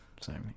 Sorry